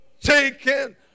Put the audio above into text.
taken